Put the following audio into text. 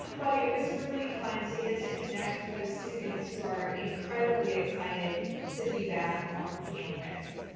but it was really fun to get to connect with those students who are incredibly excited to be back on campus.